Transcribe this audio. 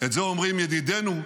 את זה אומרים ידידינו,